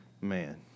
Man